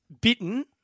bitten